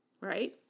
Right